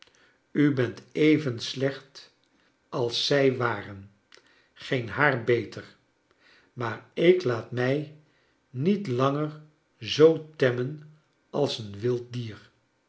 u bent even slecht als zij waren geen haar beter maar ik laat mij niet langer zoo temmen als een wild dier